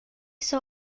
saw